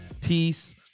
peace